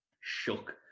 shook